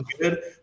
good